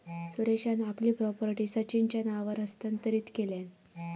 सुरेशान आपली प्रॉपर्टी सचिनच्या नावावर हस्तांतरीत केल्यान